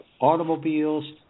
automobiles